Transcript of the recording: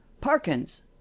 Parkins